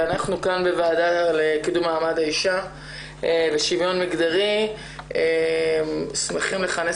אנחנו כאן בוועדה לקידום מעמד האישה ושוויון מגדרי שמחים לכנס